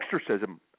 exorcism